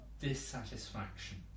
dissatisfaction